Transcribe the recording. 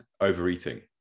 overeating